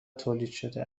تولیدشده